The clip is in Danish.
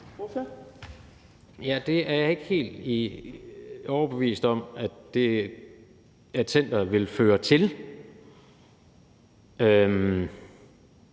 Det er jeg ikke helt overbevist om at centeret vil føre til. Og